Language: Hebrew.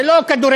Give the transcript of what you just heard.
זה לא כדורגל.